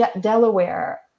Delaware